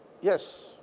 Yes